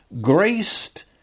graced